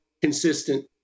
consistent